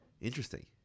Interesting